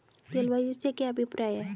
जलवायु से क्या अभिप्राय है?